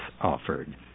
offered